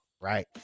right